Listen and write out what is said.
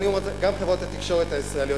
גם חברות התקשורת הישראליות,